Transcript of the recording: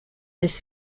this